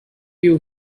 you